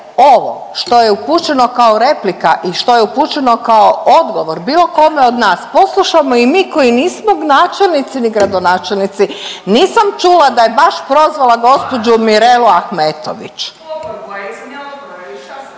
ovo što je upućeno kao replika i što je upućeno kao odgovor bilo kome od nas poslušamo i mi koji nismo načelnici ni gradonačelnici. Nisam čula da je baš prozvala gospođu Mirelu Ahmetović.